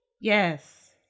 Yes